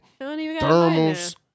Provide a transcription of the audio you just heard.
thermals